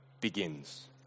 begins